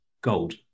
gold